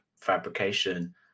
fabrication